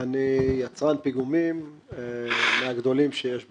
אני יצרן פיגומים מהגדולים שיש בארץ.